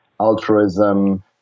altruism